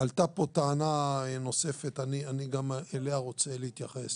עלתה פה טענה נוספת, וגם אליה אני רוצה להתייחס.